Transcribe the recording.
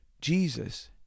Jesus